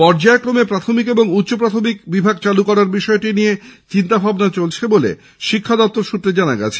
পর্যায়ক্রমে প্রাথমিক ও উচ্চ প্রথামিক বিভাগ চালু করার বিষয়টি নিয়ে চিন্তাভাবনা চলছে বলে শিক্ষা দপ্তর সৃত্রে জানা গেছে